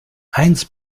eins